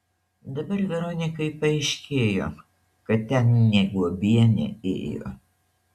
dabar veronikai paaiškėjo kad ten ne guobienė ėjo